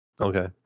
Okay